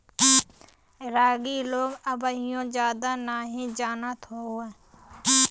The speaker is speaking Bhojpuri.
रागी लोग अबहिओ जादा नही जानत हौ